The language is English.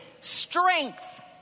strength